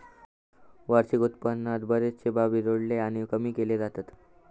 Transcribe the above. वार्षिक उत्पन्नात बरेचशे बाबी जोडले आणि कमी केले जातत